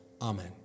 Amen